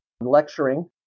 lecturing